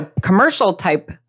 commercial-type